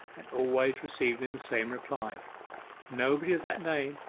always receiving the same reply nobody of that name,